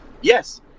yes